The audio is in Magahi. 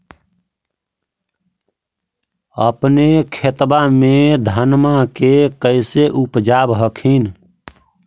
अपने खेतबा मे धन्मा के कैसे उपजाब हखिन?